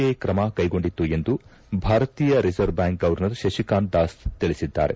I ಕ್ರಮ ಕೈಗೊಂಡಿತ್ತು ಎಂದು ಭಾರತೀಯ reserve bank governor Shaktikanta Das ತಿಳಿಸಿದ್ದಾರೆ